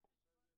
יתנו זמן לחברות